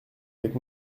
avec